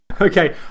Okay